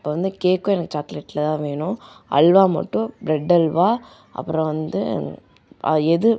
அப்புறம் வந்து கேக்கும் எனக்கு சாக்லேட்டில் தான் வேணும் அல்வா மட்டும் ப்ரெட் அல்வா அப்புறம் வந்து எது